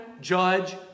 judge